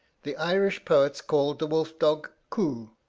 the irish poets call the wolf-dog cu,